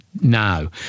now